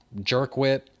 jerkwit